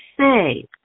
say